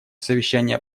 совещания